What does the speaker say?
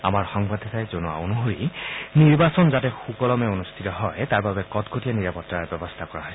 আমাৰ সংবাদদাতাই জনোৱা অনুসৰি নিৰ্বাচন যাতে সুকলমে অনুষ্ঠিত হয় তাৰ বাবে কটকটীয়া নিৰাপত্তাৰ ব্যৱস্থা কৰা হৈছে